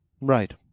Right